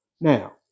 now